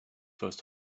first